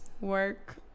Work